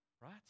right